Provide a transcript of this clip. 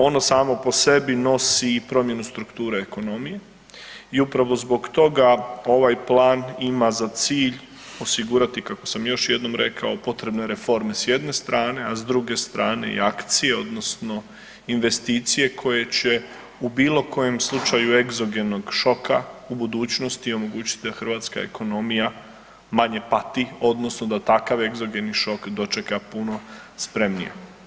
Ono samo po sebi nosi i promjenu strukture ekonomije i upravo zbog toga ovaj plan ima za cilj osigurati, kako sam još jednom rekao, potrebne reforme s jedne strane, a s druge strane i akcije odnosno investicije koje će u bilo kojem slučaju egzogenog šoka u mogućnosti omogućiti da hrvatska ekonomija manje pati odnosno da takav egzogeni šok dočeka puno spremnije.